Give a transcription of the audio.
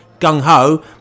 gung-ho